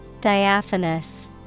Diaphanous